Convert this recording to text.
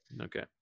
Okay